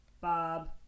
Bob